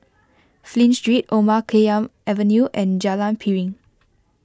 Flint Street Omar Khayyam Avenue and Jalan Piring